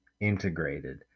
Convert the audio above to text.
integrated